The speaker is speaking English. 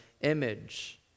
image